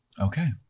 Okay